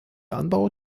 anbau